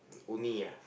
only ah